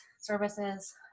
services